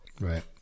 Right